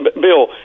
Bill